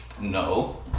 No